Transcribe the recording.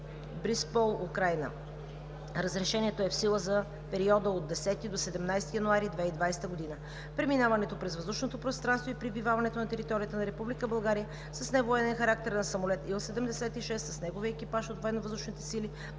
полет. Разрешението е в сила за периода от 8 до 11 януари 2020 г.; 2.4. Преминаването през въздушното пространство и пребиваването на територията на Република България с невоенен характер на самолет Ил-76 с неговия екипаж на